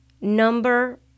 number